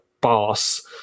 boss